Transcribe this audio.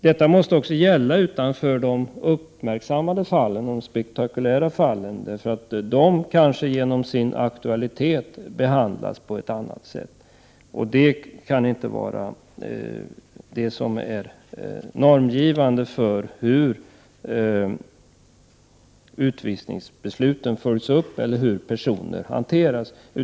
Det här måste också gälla i andra fall än de spektakulära fallen. De senare kan kanske till följd av sin aktualitet behandlas på ett speciellt sätt. Men detta kan inte vara normgivande för hur utvisningsbeslut skall följas upp och hur människor skall hanteras.